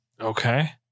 Okay